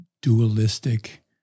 dualistic